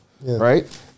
right